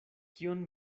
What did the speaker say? kion